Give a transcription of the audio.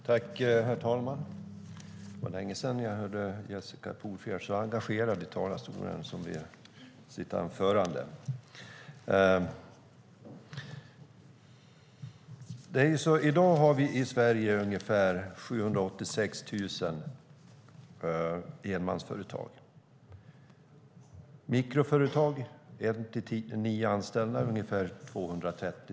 Herr talman! Det var länge sedan som jag hörde Jessica Polfjärd så engagerad i talarstolen som i sitt anförande här i dag. I dag har vi i Sverige ungefär 786 000 enmansföretag och ungefär 230 000 mikroföretag med en till nio anställda.